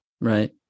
Right